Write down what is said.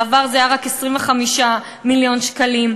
בעבר זה היה רק 25 מיליון שקלים.